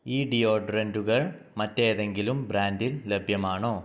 ഈ ഡിയോഡ്രൻറുകൾ മറ്റേതെങ്കിലും ബ്രാൻഡിൽ ലഭ്യമാണോ